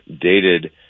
dated